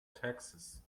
taxes